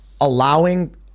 allowing